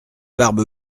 barbe